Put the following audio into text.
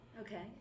okay